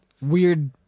weird